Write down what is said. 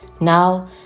Now